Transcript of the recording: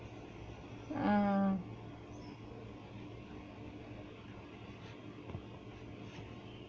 err